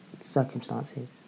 circumstances